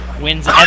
wins